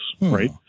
right